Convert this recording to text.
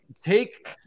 Take